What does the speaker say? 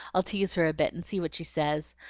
i'll tease her a bit and see what she says.